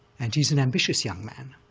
and he's an ambitious young man,